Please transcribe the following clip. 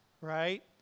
right